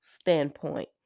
standpoint